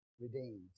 redeemed